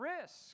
risk